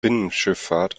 binnenschifffahrt